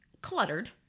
cluttered